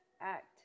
act